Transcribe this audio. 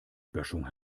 böschung